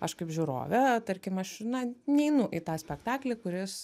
aš kaip žiūrovė tarkim aš na neinu į tą spektaklį kuris